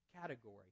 category